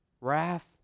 wrath